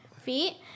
feet